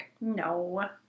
No